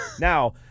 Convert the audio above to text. Now